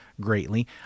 greatly